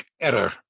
error